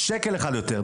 שקל אחד יותר לא.